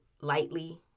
lightly